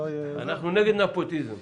אנחנו נדון בזה.